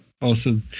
Awesome